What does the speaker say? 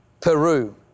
Peru